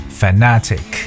fanatic，